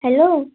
hello